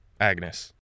Agnes